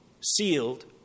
sealed